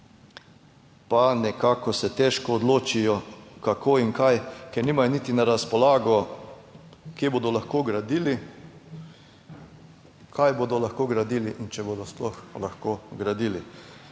pa nekako se težko odločijo kako in kaj, ker nimajo niti na razpolago, kje bodo lahko gradili, kaj bodo lahko gradili in če bodo sploh lahko gradili.